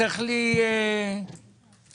זה לא עלה לסדר היום ולכן לא נכנס להחלטת הממשלה.